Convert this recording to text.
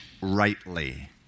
rightly